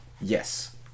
Yes